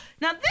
Now